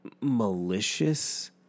malicious